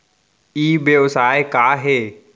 ई व्यवसाय का हे?